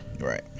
right